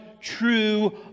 true